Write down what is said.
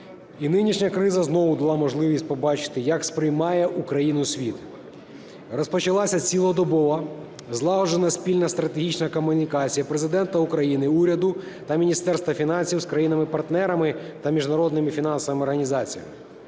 І нинішня криза знову дала можливість побачити, як сприймає Україну світ. Розпочалася цілодобова злагоджена спільна стратегічна комунікація Президента України, уряду та Міністерства фінансів з країнами-партнерами та міжнародними фінансовими організаціями.